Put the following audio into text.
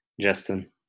Justin